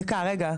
דקה, רגע.